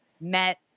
met